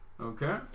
Okay